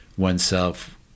oneself